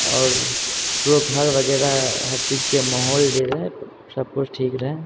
आओर ओकरो घर वगैरह हरचीजके माहौल जे रहै सबकिछु ठीक रहै